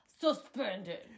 suspended